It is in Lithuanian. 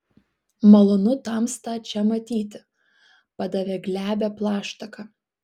malonu tamstą čia matyti padavė glebią plaštaką